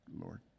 Lord